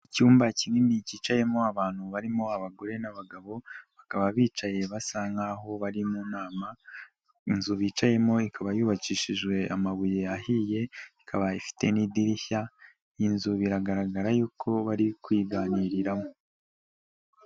Icyumba kinini cyicayemo abantu barimo abagore n'abagabo, bakaba bicaye basa nk'aho bari mu nama, inzu bicayemo ikaba yubakishijwe amabuye ahiye, ikaba ifite n'idirishya, iyi nzu biragaragara y'uko bari kuyiganiriramo.